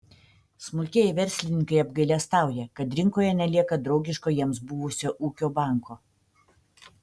smulkieji verslininkai apgailestauja kad rinkoje nelieka draugiško jiems buvusio ūkio banko